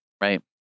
right